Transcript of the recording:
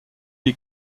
est